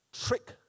trick